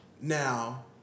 Now